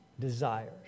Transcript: desires